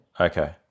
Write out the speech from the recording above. Okay